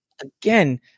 Again